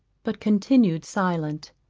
but continued silent.